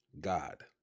God